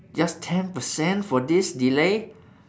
just ten percent for this delay